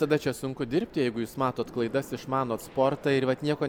tada čia sunku dirbti jeigu jūs matot klaidas išmanot sportą ir vat nieko